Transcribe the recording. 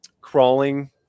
crawling